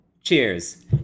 Cheers